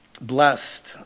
blessed